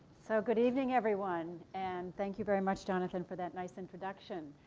so good evening, everyone. and thank you very much, jonathan, for that nice introduction.